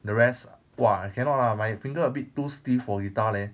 the rest !wah! I cannot lah my finger a bit too stiff for guitar leh